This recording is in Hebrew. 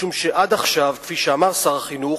משום שעד עכשיו, כפי שאמר שר החינוך,